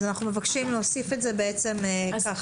אנחנו מבקשים להוסיף את זה גם בנוסח.